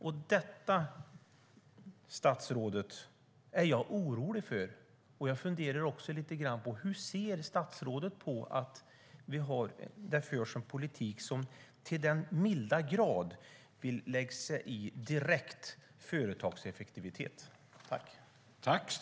Detta, statsrådet, är jag orolig över. Jag funderar också lite grann på hur statsrådet ser på att det förs en politik som så till den milda grad och så direkt vill lägga sig i företags effektivitet.